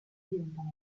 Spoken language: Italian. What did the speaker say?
diventano